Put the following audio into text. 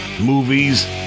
movies